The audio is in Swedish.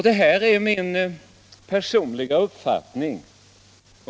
Detta är min personliga uppfattning.